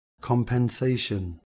compensation